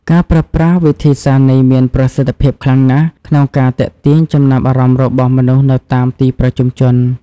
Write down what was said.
ការប្រើប្រាស់វិធីសាស្ត្រនេះមានប្រសិទ្ធភាពខ្លាំងណាស់ក្នុងការទាក់ទាញចំណាប់អារម្មណ៍របស់មនុស្សនៅតាមទីប្រជុំជន។